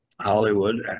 Hollywood